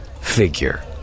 figure